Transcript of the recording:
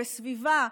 בסביבה,